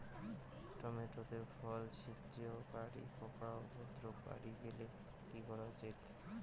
Tomato তে ফল ছিদ্রকারী পোকা উপদ্রব বাড়ি গেলে কি করা উচিৎ?